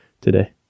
today